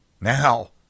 Now